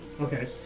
Okay